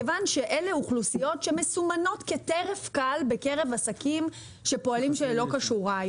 כיוון שאלה אוכלוסיות שמסומנות כטרף קל בקרב עסקים שפועלים שלא כשורה.